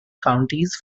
counties